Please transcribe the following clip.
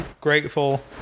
grateful